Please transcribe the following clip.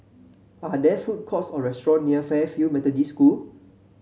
are there food courts or restaurant near Fairfield Methodist School